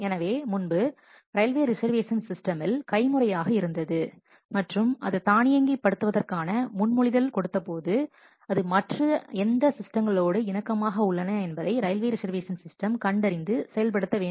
எனவே முன்பு railway reservation சிஸ்டமில் கைமுறையாக இருந்தது மற்றும் அது தானியங்கி படுத்துவதற்கான முன்மொழிதல் கொடுத்தபோது அது மற்ற எந்த சிஸ்டங்களோடு இணக்கமாக உள்ளன என்பதை ரயில்வே ரிசர்வேஷன் சிஸ்டம் கண்டறிந்து செயல்படுத்த வேண்டும்